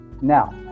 now